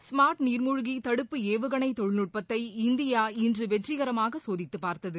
smart நீர்மூழ்கி தடுப்பு ஏவுகணை தொழில்நுட்பத்தை இந்தியா இன்று வெற்றிகரமாக சோதித்துப் பார்த்தது